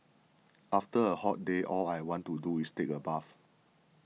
after a hot day all I want to do is take a bath